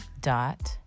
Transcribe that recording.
dot